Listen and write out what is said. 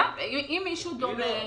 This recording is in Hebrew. כן, אם מישהו דומה.